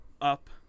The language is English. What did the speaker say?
up